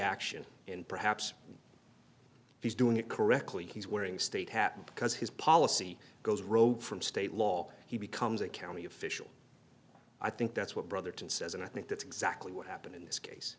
action and perhaps he's doing it correctly he's wearing state hat because his policy goes rogue from state law he becomes a county official i think that's what brotherton says and i think that's exactly what happened in this case